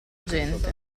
gente